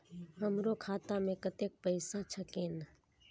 हमरो खाता में कतेक पैसा छकीन?